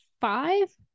five